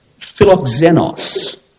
philoxenos